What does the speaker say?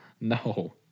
no